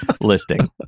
listing